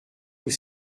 tous